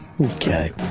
Okay